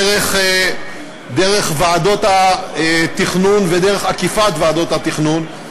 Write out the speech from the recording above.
דרך ועדות התכנון ודרך עקיפת ועדות התכנון,